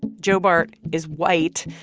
joe bart is white.